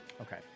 Okay